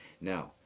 Now